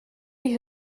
die